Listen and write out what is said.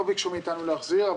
לא ביקשו מאתנו להחזיר.